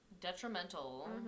Detrimental